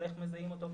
איך מזהים אותו,